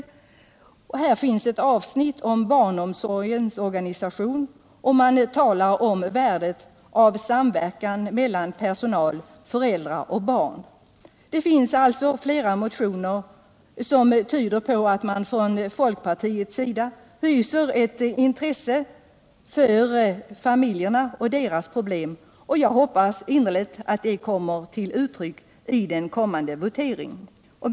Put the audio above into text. I motionen finns ett avsnitt om barnomsorgens organisation, och man talar om värdet av samverkan mellan personal, föräldrar och barn. Det finns alltså flera motioner som tyder på att man från folkpartiets sida hyser ett intresse för familjerna och deras problem. Jag hoppas innerligt att det kommer till uttryck i den kommande voteringen.